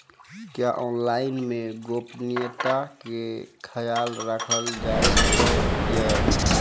क्या ऑनलाइन मे गोपनियता के खयाल राखल जाय सकै ये?